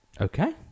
Okay